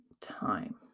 time